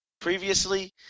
previously